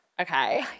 okay